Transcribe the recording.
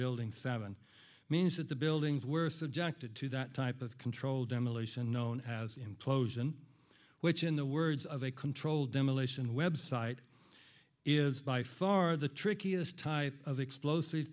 building seven means that the buildings were subjected to that type of controlled demolition known as implosion which in the words of a controlled demolition website is by far the trickiest type of explosive